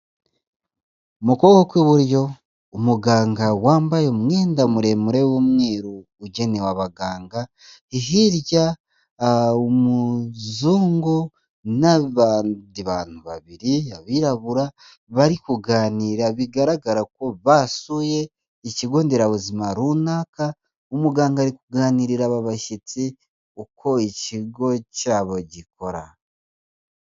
Mu kuboko kw'iburyo umuganga wambaye umwenda muremure w'umweru ugenewe abaganga, hirya umuzungu n'abandi bantu babiri abirabura bari kuganira bigaragara ko basuye ikigo nderabuzima runaka, umuganga ari kuganirira aba bashyitsi uko ikigo cyabo gikora.